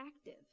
active